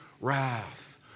wrath